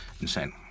insane